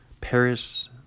Paris